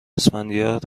اسفندیار